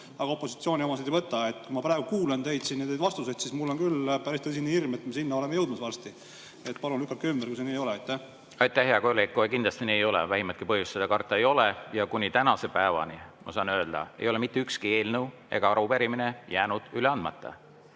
aga opositsiooni omasid ei võta. Kui ma praegu kuulan teid siin, neid vastuseid, siis mul on küll päris tõsine hirm, et me oleme varsti sinna jõudmas. Palun lükake ümber, kui see nii ei ole. Aitäh, hea kolleeg! Kohe kindlasti nii ei ole. Vähimatki põhjust seda karta ei ole. Kuni tänase päevani, ma saan öelda, ei ole mitte ükski eelnõu ega arupärimine jäänud üle andmata.